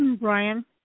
Brian